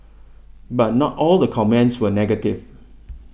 but not all the comments were negative